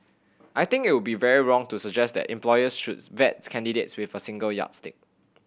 I think it would be very wrong to suggest that employers should vet candidates with a single yardstick